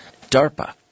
DARPA